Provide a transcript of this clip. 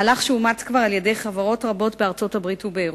מהלך שאומץ כבר על-ידי חברות רבות בארצות-הברית ובאירופה.